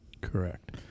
Correct